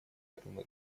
этому